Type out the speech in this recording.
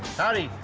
howdy.